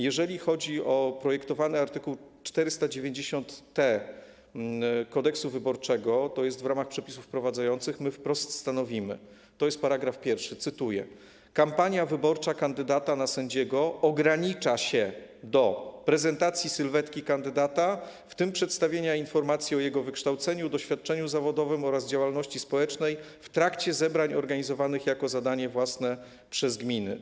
Jeżeli chodzi o projektowany art. 490t Kodeksu wyborczego - to jest w ramach przepisów wprowadzających - my wprost stanowimy, to jest § 1, cytuję: Kampania wyborcza kandydata na sędziego ogranicza się do prezentacji sylwetki kandydata, w tym przedstawienia informacji o jego wykształceniu, doświadczeniu zawodowym oraz działalności społecznej, w trakcie zebrań organizowanych jako zadanie własne przez gminy.